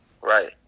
Right